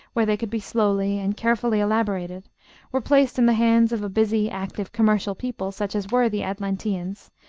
where they could be slowly and carefully elaborated were placed in the hands of a busy, active, commercial people, such as were the atlanteans,